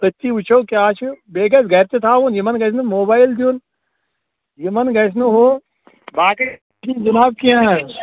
أتی وُچھَو کیٛاہ چھُ بیٚیہِ گژھِ گرِ تھاوُن یِمن گژھِ نہٕ موبایِل دُین یمن گژھِ نہٕ ہُہ باقٕے یم جناب کیٚنٛہہ حظ